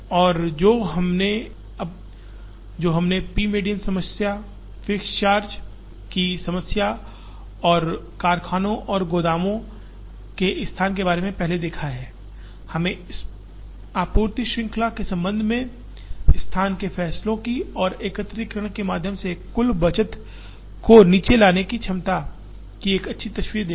और जो हमने अब साथ देखा है जो हमने पी मेडियन समस्या फिक्स्ड चार्ज की समस्या और कारखानों और गोदामों के स्थान के बारे में पहले देखा है हमें आपूर्ति श्रृंखला के संबंध में स्थान के फैसलों की और एकत्रीकरण के माध्यम से कुल लागत को नीचे लाने की क्षमता की एक अच्छी तस्वीर देगा